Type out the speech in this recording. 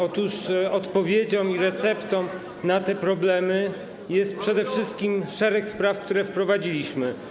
Otóż odpowiedzią i receptą na te problemy jest przede wszystkim szereg rozwiązań, które wprowadziliśmy.